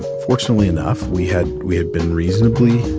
fortunately enough, we had we had been reasonably